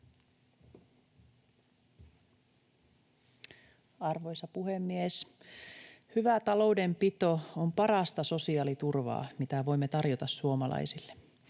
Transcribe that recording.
Arvoisa puhemies! Hyvä taloudenpito on parasta sosiaaliturvaa, mitä voimme tarjota suomalaisille.